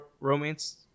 romance